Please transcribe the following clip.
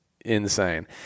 insane